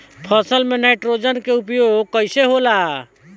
फसल में नाइट्रोजन के उपयोग कइसे होला?